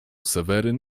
seweryn